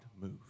move